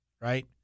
right